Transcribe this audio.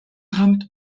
хамт